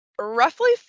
roughly